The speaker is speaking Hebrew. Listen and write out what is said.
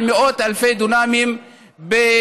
על מאות אלפי דונמים בנגב.